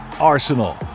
Arsenal